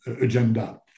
agenda